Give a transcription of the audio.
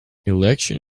election